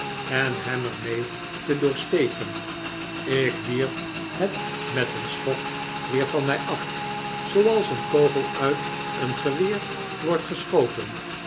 en hem er mee te doorsteken ik wierp het met een schok weer van mij af zooals een kogel uit een geweer wordt geschoten